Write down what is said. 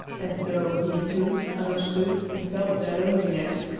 as though he, too, understood and felt their loneliness.